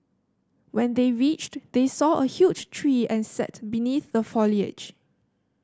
when they reached they saw a huge tree and sat beneath the foliage